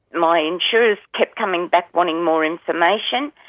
my insurers kept coming back wanting more information.